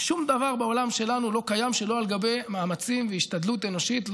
שום דבר בעולם שלנו לא קיים שלא על גבי מאמצים והשתדלות אנושית,